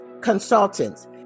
consultants